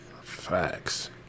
Facts